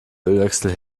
ölwechsel